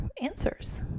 answers